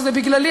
שזה בגללי,